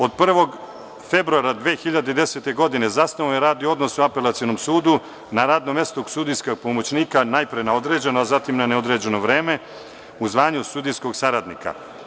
Od prvog februara 2010. godine zasnovao je radni odnos u apelacionom sudu, na radnom mestu sudijskog pomoćnika, najpre na određeno, zatim na neodređeno vreme u zvanju sudijskog saradnika.